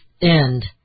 end